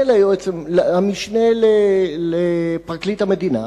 המשנה לפרקליט המדינה